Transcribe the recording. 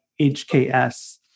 HKS